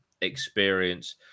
experience